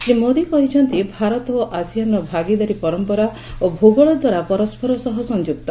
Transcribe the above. ଶ୍ରୀ ମୋଦି କହିଛନ୍ତି ଭାରତ ଓ ଆସିଆନ୍ର ଭାଗିଦାରୀ ପରମ୍ପରା ଓ ଭୂଗୋଳ ଦ୍ୱାରା ପରସ୍କର ସହ ସଂଯୁକ୍ତ